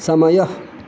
समयः